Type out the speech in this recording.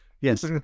Yes